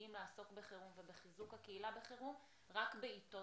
מגיעים לעסוק בחירום ובחיזוק הקהילה בחירום רק בעתות